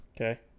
Okay